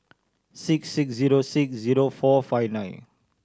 six six zero six zero four five nine